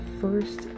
first